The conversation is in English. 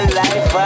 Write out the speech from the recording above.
life